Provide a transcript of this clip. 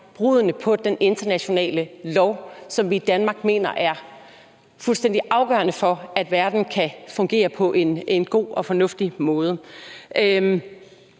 bruddene på den internationale lov, som vi i Danmark mener er fuldstændig afgørende for, at verden kan fungere på en god og fornuftig måde.